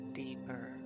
deeper